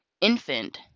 infant